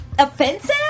Offensive